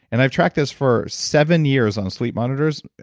and i've tracked this for seven years on sleep monitors.